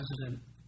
President